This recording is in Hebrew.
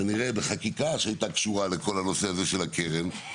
כנראה בחקיקה שהייתה קשורה לכל הנושא הזה של הקרן,